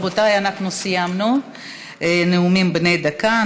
רבותיי, סיימנו נאומים בני דקה.